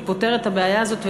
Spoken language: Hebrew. היא פותרת את הבעיה הזאת,